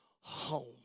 home